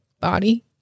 body